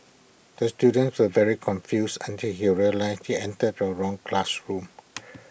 the student was very confused until he realised he entered the wrong classroom